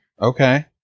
Okay